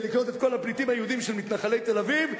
לקלוט את כל הפליטים היהודים של מתנחלי תל-אביב,